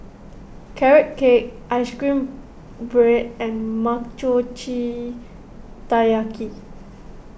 Carrot Cake Ice Cream Bread and Mochi Taiyaki